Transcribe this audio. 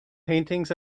paintings